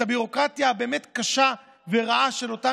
את הביורוקרטיה הבאמת-קשה ורעה של אותן